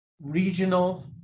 regional